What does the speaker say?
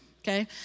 okay